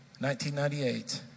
1998